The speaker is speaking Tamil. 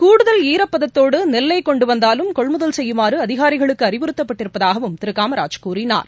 கூடுதல் ஈரப்பதத்தோடு நெல்லை கொண்டு வந்தாலும் கொள்முதல் செய்யுமாறு அதிகாரிகளுக்கு அறிவுறுத்தப்பட்டிருப்பதாகவும் திரு காமராஜ் கூறினார்